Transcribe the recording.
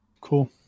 Cool